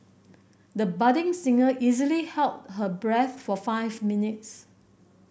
the budding singer easily held her breath for five minutes